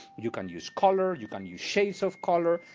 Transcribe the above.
you can use color, you can use shades of color.